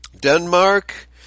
Denmark